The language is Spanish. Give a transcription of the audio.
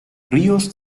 ríos